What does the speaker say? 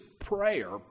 prayer